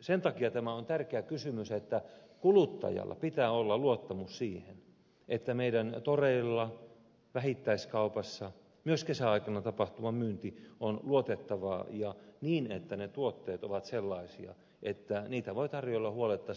sen takia tämä on tärkeä kysymys että kuluttajalla pitää olla luottamus siihen että meidän toreilla ja vähittäiskaupassa myös kesäaikana tapahtuva myynti on luotettavaa ja ne tuotteet ovat sellaisia että niitä voi tarjoilla huoletta